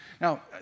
now